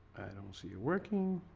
don't see you working